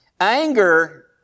Anger